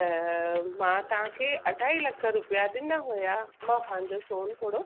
त मां तव्हां खे अढाई लख रुपिया ॾिना हुया मां पंहिंजो सोन थोरो